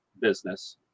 business